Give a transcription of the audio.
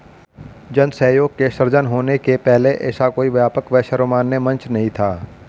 जन सहयोग के सृजन होने के पहले ऐसा कोई व्यापक व सर्वमान्य मंच नहीं था